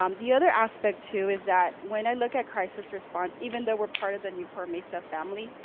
um the other aspect too is that when i look at crisis response, even though we're part of the newport mesa family,